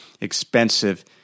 expensive